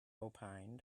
opined